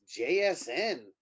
JSN